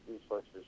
resources